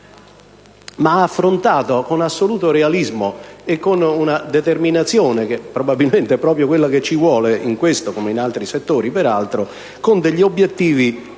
ma ha affrontato i problemi con assoluto realismo, e con una determinazione che probabilmente è proprio quella che ci vuole, in questo come in altri settori, peraltro con degli obiettivi assai